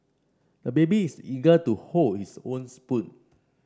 the baby is eager to hold his own spoon